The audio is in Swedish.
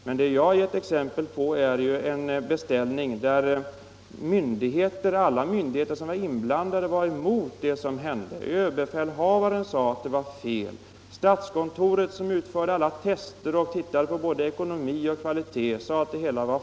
Men 21 mars 1975 jag har här givit exempel på en beställning som regeringen fattade beslut = om trots att alla myndigheter som var inblandade — såväl överbefälha — Om försvarets inköp varen som statskontoret, som utförde alla tester och bedömde både ekoav datorer nomi och kvalitet — var emot det som skedde.